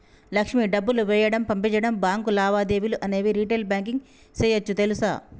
లక్ష్మి డబ్బులు వేయడం, పంపించడం, బాంకు లావాదేవీలు అనేవి రిటైల్ బాంకింగ్ సేయోచ్చు తెలుసా